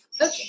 Okay